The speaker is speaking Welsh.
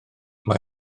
mae